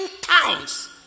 towns